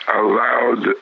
allowed